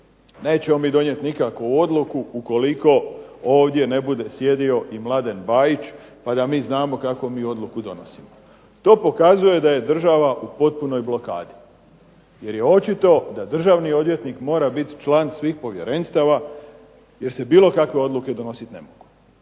nećemo mi donijeti nikakvu odluku ukoliko ovdje ne bude sjedio i Mladen Bajić, pa da mi znamo kakvu mi odluku donosimo. To pokazuje da je država u potpunoj blokadi, jer je očito da državni odvjetnik mora biti član svih povjerenstava, jer se bilo kakve odluke donositi ne mogu.